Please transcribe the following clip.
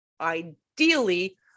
ideally